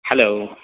hello